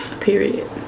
Period